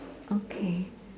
okay